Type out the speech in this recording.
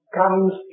comes